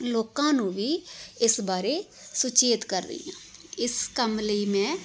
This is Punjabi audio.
ਲੋਕਾਂ ਨੂੰ ਵੀ ਇਸ ਬਾਰੇ ਸੁਚੇਤ ਕਰ ਰਹੀ ਹਾਂ ਇਸ ਕੰਮ ਲਈ ਮੈਂ